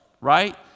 Right